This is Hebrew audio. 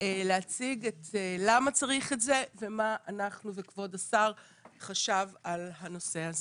להציג למה צריך את זה ומה אנחנו וכבוד השר חשב על הנושא הזה.